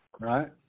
right